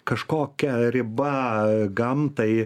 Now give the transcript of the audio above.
kažkokia riba gamtai